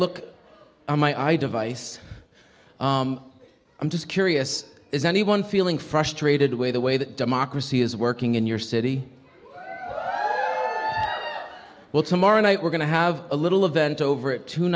look on my i devise i'm just curious is anyone feeling frustrated way the way that democracy is working in your city well tomorrow night we're going to have a little of bent over it t